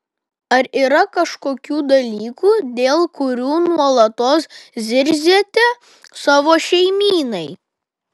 ar yra kažkokių dalykų dėl kurių nuolatos zirziate savo šeimynai